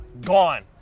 gone